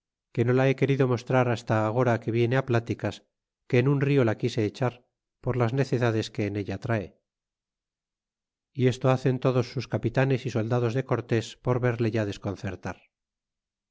que no la he querido mostrar hasta agora que vine plticas queefl un rio la quise echar por las necedades que en ella trae y esto hacen todos sus capitanes y soldados de cortés por verle ya desconcertar